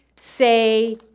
say